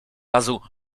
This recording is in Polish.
razu